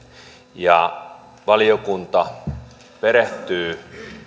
ja valiokunta perehtyy